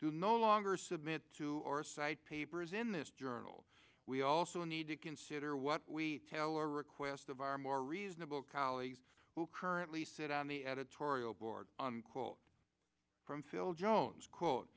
to no longer submit to our site papers in this journal we also need to consider what we tell our request of our more reasonable colleagues currently sit on the editorial board on call from phil jones quote